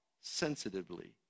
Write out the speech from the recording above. sensitively